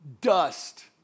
Dust